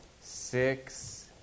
Six